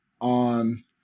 on